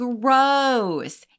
Gross